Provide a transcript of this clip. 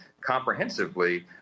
comprehensively